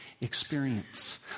experience